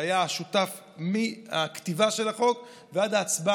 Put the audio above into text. שהיה שותף מהכתיבה של החוק ועד ההצבעה,